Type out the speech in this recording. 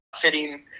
fitting